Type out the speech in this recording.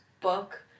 book